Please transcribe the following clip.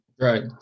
Right